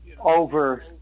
over